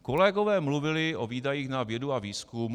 Kolegové mluvili o výdajích na vědu a výzkum.